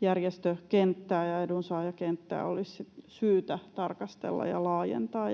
järjestökenttää ja edunsaajakenttää olisi syytä tarkastella ja laajentaa.